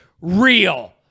real